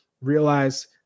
realize